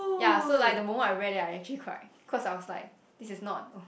ya so like the moment I read it I actually quite cause I was like this is not uh